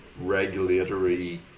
regulatory